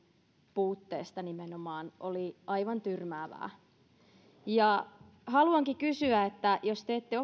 puutteesta nimenomaan oli aivan tyrmäävää haluankin kysyä jos te ette